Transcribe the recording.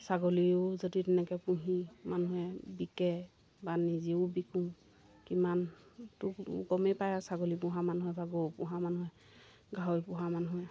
ছাগলীও যদি তেনেকৈ পুহি মানুহে বিকে বা নিজেও বিকো কিমানটো গমেই পায় আৰু ছাগলী পোহা মানুহে বা গৰু পোহা মানুহে গাহৰি পোহা মানুহে